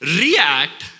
react